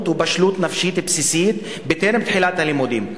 ובשלות נפשית בסיסית טרם תחילת הלימודים,